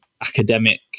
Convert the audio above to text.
academic